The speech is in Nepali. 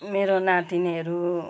मेरो नातिनीहरू